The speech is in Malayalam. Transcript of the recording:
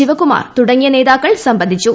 ശിവകുമാർ തുടങ്ങിയ നേതാക്കൾ സംബന്ധിച്ചു